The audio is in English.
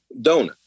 donut